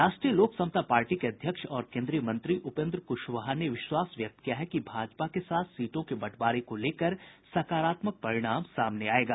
राष्ट्रीय लोक समता पार्टी के अध्यक्ष और केन्द्रीय मंत्री उपेन्द्र क्शवाहा ने विश्वास व्यक्त किया है कि भाजपा के साथ सीटों के बंटवारे को लेकर सकारात्मक परिणाम सामने आयेगा